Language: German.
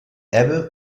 ebbe